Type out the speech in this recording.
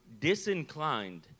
disinclined